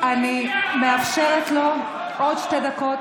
חבר הכנסת אוריאל